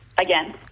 again